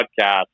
podcast